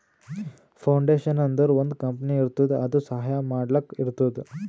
foundation ಅಂದುರ್ ಒಂದ್ company ಇರ್ತುದ್ ಅದು ಸಹಾಯ ಮಾಡ್ಲಕ್ ಇರ್ತುದ್